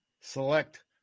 select